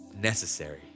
necessary